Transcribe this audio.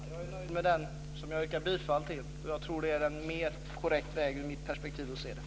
Fru talman! Jag är nöjd med det yrkande som jag har ställt. Jag tror att det i mitt perspektiv är en mer korrekt väg.